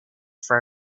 for